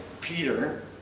Peter